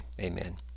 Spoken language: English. Amen